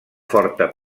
forta